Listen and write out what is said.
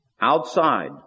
Outside